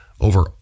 over